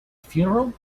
funeral